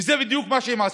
זה בדיוק מה שהם עשו,